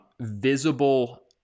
visible